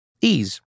Ease